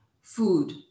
food